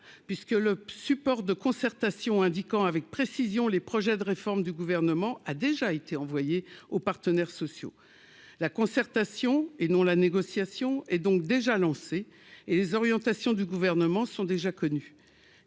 puisque le support de concertation indiquant avec précision les projets de réforme du gouvernement, a déjà été envoyée aux partenaires sociaux la concertation et non la négociation est donc déjà lancée et les orientations du gouvernement sont déjà connus,